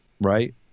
Right